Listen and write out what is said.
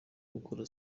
gukora